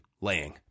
laying